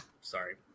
sorry